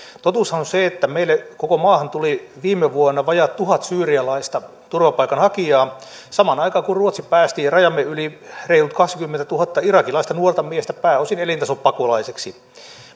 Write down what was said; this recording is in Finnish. totuushan on se että meille koko maahan tuli viime vuonna vajaa tuhat syyrialaista turvapaikanhakijaa samaan aikaan kun ruotsi päästi rajamme yli reilut kaksikymmentätuhatta irakilaista nuorta miestä pääosin elintasopakolaisiksi